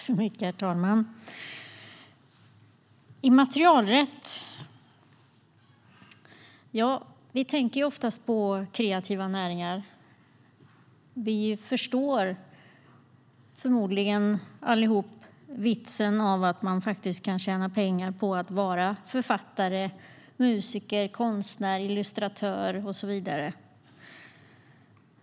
Herr talman! När vi hör ordet "immaterialrätt" tänker vi oftast på kreativa näringar. Vi förstår förmodligen allihop vitsen av att man kan tjäna pengar på att vara författare, musiker, konstnär, illustratör och så vidare.